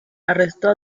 arrestó